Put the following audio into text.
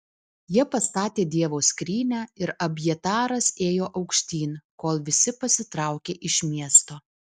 jie pastatė dievo skrynią ir abjataras ėjo aukštyn kol visi pasitraukė iš miesto